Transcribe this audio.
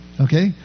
okay